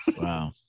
Wow